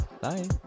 Bye